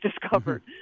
discovered